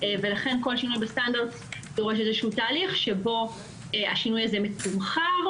ולכן כל שינוי בסטנדרט הוא איזשהו תהליך שבו השינוי הזה מתומחר.